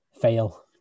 fail